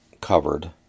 covered